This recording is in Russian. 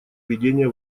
ведения